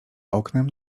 oknem